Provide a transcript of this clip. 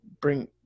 bring